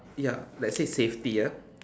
ya let's say safety ah